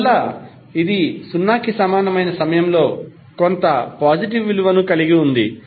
అందువల్ల ఇది 0 కి సమానమైన సమయంలో కొంత పాజిటివ్ విలువను కలిగి ఉంది